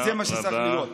זה מה שצריך להיות.